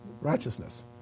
righteousness